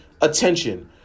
attention